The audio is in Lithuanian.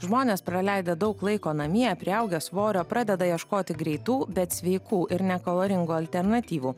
žmonės praleidę daug laiko namie priaugę svorio pradeda ieškoti greitų bet sveikų ir nekaloringų alternatyvų